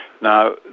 Now